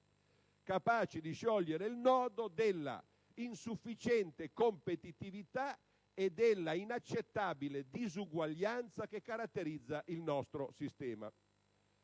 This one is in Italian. capaci di sciogliere il nodo della insufficiente competitività e della inaccettabile disuguaglianza che caratterizza il nostro sistema.